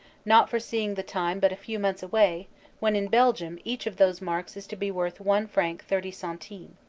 not foreseeing the time but a few months away when in belgium each of those marks is to be worth one franc thirty centimes.